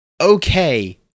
okay